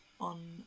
on